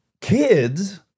Kids